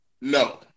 No